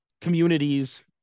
communities